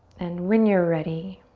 and when you're ready,